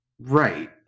Right